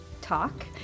talk